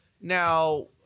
Now